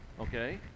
Okay